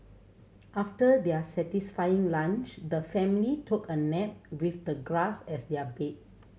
after their satisfying lunch the family took a nap with the grass as their bed